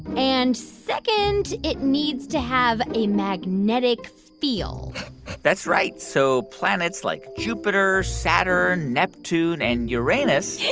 and second, it needs to have a magnetic field that's right. so planets like jupiter, saturn, neptune and uranus.